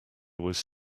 was